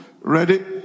Ready